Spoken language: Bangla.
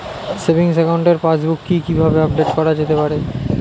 সেভিংস একাউন্টের পাসবুক কি কিভাবে আপডেট করা যেতে পারে?